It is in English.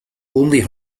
only